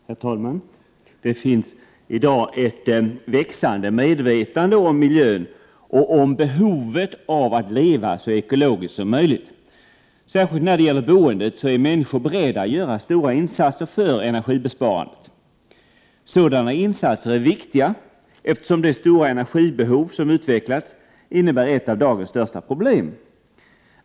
Herr talman! Det finns i dag ett växande medvetande om miljön och om behovet av att leva så ekologiskt som möjligt. Särskilt när det gäller boendet är människor beredda att göra stora insatser för energibesparandet. Sådana insatser är viktiga, eftersom det stora energibehov som utvecklats innebär ett av dagens största problem.